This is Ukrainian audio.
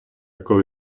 коли